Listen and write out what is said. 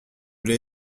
l’ai